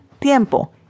tiempo